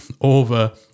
over